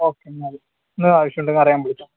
okay എന്നാൽ എന്തെങ്കിലും ആവശ്യം ഉണ്ടെങ്കിൽ അറിയാൻ വിളിച്ചോ